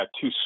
two